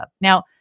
Now